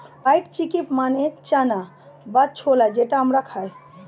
white chickpea মানে চানা বা ছোলা যেটা আমরা খাই